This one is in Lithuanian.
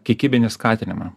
kiekybinį skatinimą